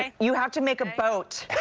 and you have to make a boat.